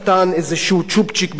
איזה צ'ופצ'יק ברחוב,